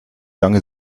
lange